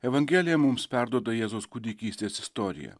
evangelija mums perduoda jėzaus kūdikystės istoriją